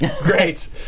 Great